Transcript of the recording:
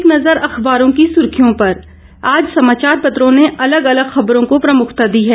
एक नज़र अखबारों की सुर्खियों पर आज समाचार पत्रों ने अलग अलग खबरों को प्रमुखता दी है